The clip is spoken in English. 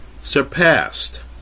surpassed